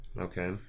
Okay